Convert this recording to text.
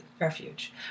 refuge